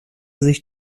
sich